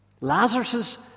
Lazarus